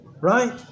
Right